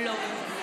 לא.